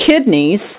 kidneys